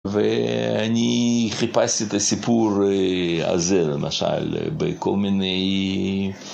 ואני חיפשתי את הסיפור הזה למשל בכל מיני...